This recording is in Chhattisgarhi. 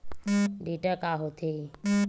डेटा का होथे?